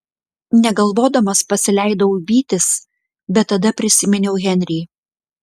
negalvodamas pasileidau vytis bet tada prisiminiau henrį